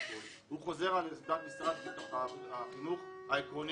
הוא חוזר על עמדת משרד החינוך העקרונית,